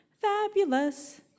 fabulous